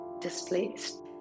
displaced